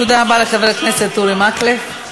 תודה רבה לחבר הכנסת אורי מקלב.